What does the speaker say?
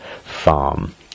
farm